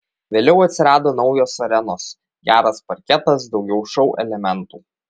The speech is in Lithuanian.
vėliau atsirado naujos arenos geras parketas daugiau šou elementų